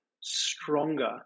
stronger